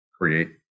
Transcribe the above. create